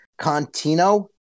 Contino